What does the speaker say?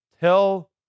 tell